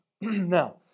Now